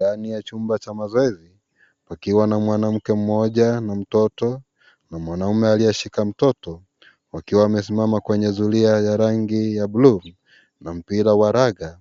Ndani ya chumba cha mazoezi pakiwa na mwanamke mmoja, mtoto, na mwanamume aliyeshika mtoto wakiwa wamesimama kwenye zulia ya rangi ya ya buluu na mpira wa raga,